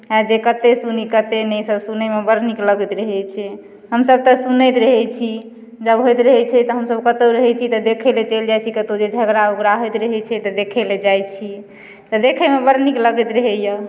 हैत जे कतेक सुनि कतेक नहि से सुनैमे बड़ नीक लगैत रहै छै हमसभ तऽ सुनैत रहै छी जब होइत रहै छै तऽ हमसभ कतहु रहै छी तऽ देखय लेल चलि जाइत छी कतहु जे झगड़ा वगड़ा होइत रहै छै तऽ देखय लेल जाइत छी तऽ देखयमे बड़ नीक लगैत रहैए